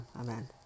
Amen